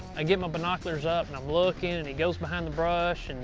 i get my binoculars up and i'm looking and he goes behind the brush.